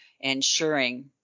ensuring